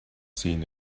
seen